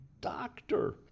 doctor